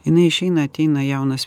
jinai išeina ateina jaunas